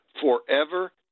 forever